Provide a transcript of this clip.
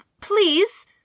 Please